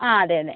ആ അതെ അതെ